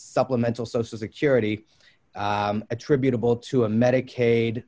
supplemental social security attributable to a medicaid